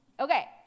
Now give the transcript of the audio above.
Okay